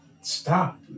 stop